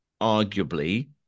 arguably